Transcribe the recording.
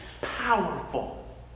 powerful